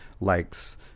likes